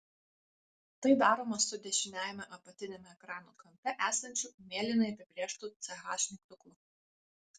tai daroma su dešiniajame apatiniame ekrano kampe esančiu mėlynai apibrėžtu ch mygtuku